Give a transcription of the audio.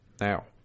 Now